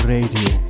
Radio